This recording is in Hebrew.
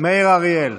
כן, מאיר אריאל.